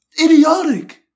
idiotic